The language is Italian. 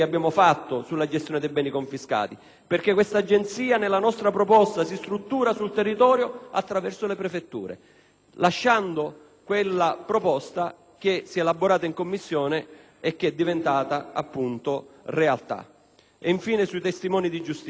perché questa agenzia, nella nostra proposta, si struttura sul territorio attraverso le prefetture, lasciando in essere quella proposta che si è elaborata in Commissione e che è diventata realtà. Infine, sui testimoni di giustizia, tema molto delicato,